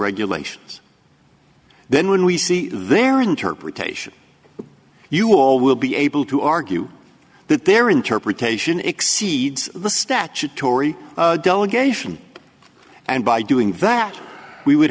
regulations then when we see their interpretation you all will be able to argue that their interpretation exceeds the statutory delegation and by doing that we would